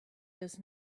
does